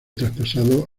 traspasado